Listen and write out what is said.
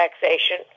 taxation